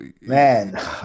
man